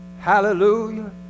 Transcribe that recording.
Hallelujah